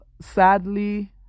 sadly